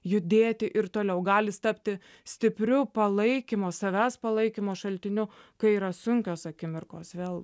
judėti ir toliau gali jis tapti stipriu palaikymo savęs palaikymo šaltiniu kai yra sunkios akimirkos vėl